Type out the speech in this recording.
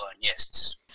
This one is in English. Yes